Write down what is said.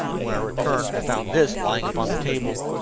when i returned i found this lying upon the table.